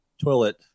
toilet